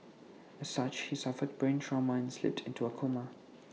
as such he suffered brain trauma and slipped into A coma